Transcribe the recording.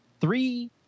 three